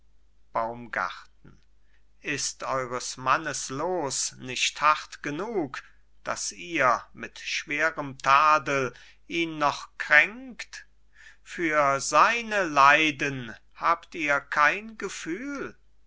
ist eures mannes los nicht hart genug dass ihr mit schwerem tadel ihn noch kränkt für seine leiden habt ihr kein gefühl